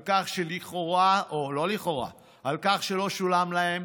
על כך שלכאורה, או לא לכאורה, על כך שלא שולם להם